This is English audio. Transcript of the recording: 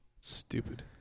Stupid